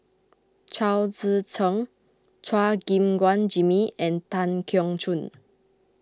Chao Tzee Cheng Chua Gim Guan Jimmy and Tan Keong Choon